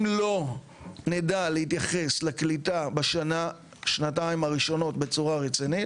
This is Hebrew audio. אם לא נדע להתייחס לקליטה בשנה-שנתיים הראשונות בצורה רצינית,